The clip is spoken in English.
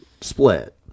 Split